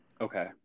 okay